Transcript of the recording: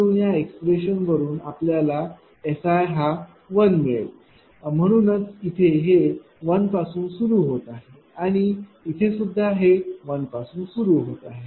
म्हणून ह्या एक्सप्रेशन वरून आपल्याला SI हा 1 मिळेल म्हणूनच इथे हे 1 पासून सुरू होत आहे आणि इथे सुद्धा ते 1 पासून सुरू होत आहे